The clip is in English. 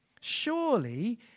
Surely